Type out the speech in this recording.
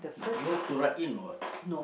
you have to write in or what